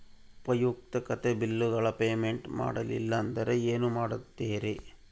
ಉಪಯುಕ್ತತೆ ಬಿಲ್ಲುಗಳ ಪೇಮೆಂಟ್ ಮಾಡಲಿಲ್ಲ ಅಂದರೆ ಏನು ಮಾಡುತ್ತೇರಿ?